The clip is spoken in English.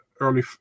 early